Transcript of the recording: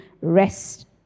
Rest